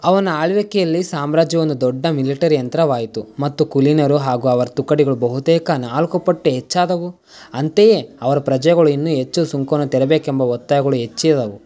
ಅವನ ಆಳ್ವಿಕೆಯಲ್ಲಿ ಸಾಮ್ರಾಜ್ಯ ಒಂದು ದೊಡ್ಡ ಮಿಲಿಟರಿ ಯಂತ್ರವಾಯಿತು ಮತ್ತು ಕುಲೀನರು ಹಾಗೂ ಅವರ ತುಕಡಿಗಳು ಬಹುತೇಕ ನಾಲ್ಕು ಪಟ್ಟು ಹೆಚ್ಚಾದವು ಅಂತೆಯೇ ಅವರ ಪ್ರಜೆಗಳು ಇನ್ನೂ ಹೆಚ್ಚು ಸುಂಕವನ್ನು ತೆರಬೇಕೆಂಬ ಒತ್ತಾಯಗಳು ಹೆಚ್ಚಿದವು